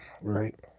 Right